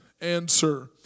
answer